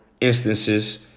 instances